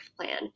plan